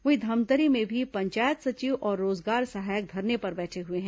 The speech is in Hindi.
वहीं धमतरी में भी पंचायत सचिव और रोजगार सहायक धरने पर बैठे हुए हैं